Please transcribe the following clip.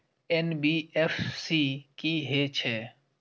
NBFC की हे छे?